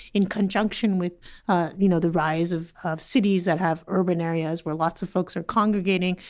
in conjunction with ah you know the rise of of cities that have urban areas where lots of folks are congregating,